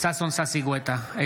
ששון ששי גואטה,